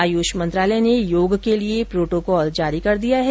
आयुष मंत्रालय ने योग के लिए प्रोटोकाल जारी कर दिया है